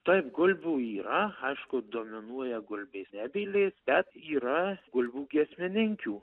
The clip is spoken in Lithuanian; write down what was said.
taip gulbių yra aišku dominuoja gulbės nebylės bet yra gulbių giesmininkių